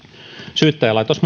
syyttäjälaitos